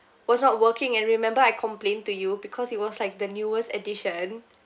was not working and remember I complained to you because it was like the newest edition